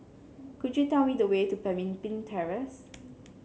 could you tell me the way to Pemimpin Terrace